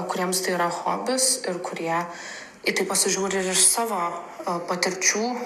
kuriems tai yra hobis ir kurie į tai pasižiūri ir iš savo patirčių